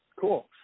Cool